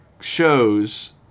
shows